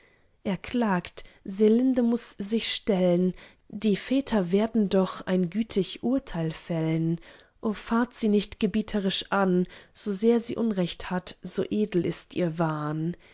er klagt selinde muß sich stellen die väter werden doch ein gütig urteil fällen o fahrt sie nicht gebietrisch an so sehr sie unrecht hat so edel ist ihr wahn